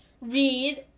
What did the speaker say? read